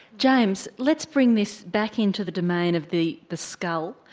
james, let's bring this back into the domain of the the skull.